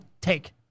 take